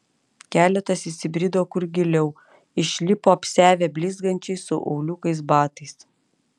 keletas įsibrido kur giliau išlipo apsiavę blizgančiais su auliukais batais